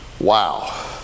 Wow